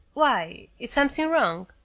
why? is something wrong?